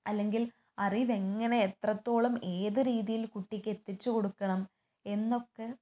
അല്ലെങ്കിൽ അറിവ് എങ്ങനെ എത്രത്തോളം ഏത് രീതിയിൽ കുട്ടിക്കെത്തിച്ച് കൊടുക്കണം എന്നൊക്കെ